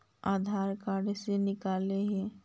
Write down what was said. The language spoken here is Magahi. आधार कार्ड से निकाल हिऐ?